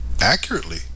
accurately